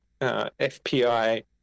FPI